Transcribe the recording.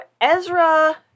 Ezra